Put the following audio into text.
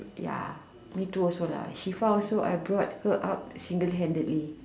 ya me too also lah shuffle also I brought her up single handedly